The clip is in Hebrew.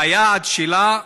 והיעד שלה,